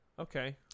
Okay